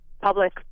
public